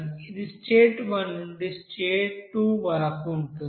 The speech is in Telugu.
ఇది స్టేట్ 1 నుండి స్టేట్ 2 వరకు ఉంటుంది